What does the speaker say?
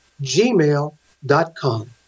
gmail.com